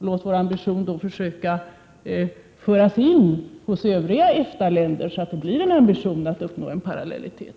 Låt oss då försöka att föra detta vidare till det övriga EFTA, så att det blir en ambition att uppnå parallellitet.